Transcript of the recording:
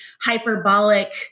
hyperbolic